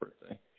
birthday